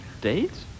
Dates